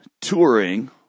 touring